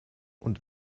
und